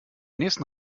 nächsten